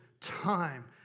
time